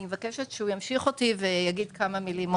אני מבקשת שהוא ימשיך אותי ויגיד כמה מילים.